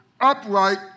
upright